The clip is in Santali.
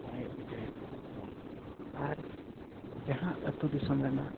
ᱵᱟᱲᱟᱭ ᱦᱚᱪᱚᱭᱮᱫ ᱠᱚᱣᱟ ᱟᱨ ᱡᱟᱦᱟᱸ ᱟᱛᱳ ᱫᱤᱥᱚᱢ ᱨᱮᱱᱟᱜ